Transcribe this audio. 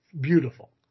Beautiful